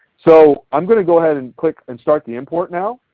so i'm going to go ahead and click and start the import now.